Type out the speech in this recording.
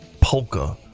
polka